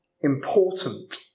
important